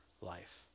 life